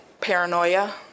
paranoia